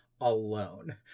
alone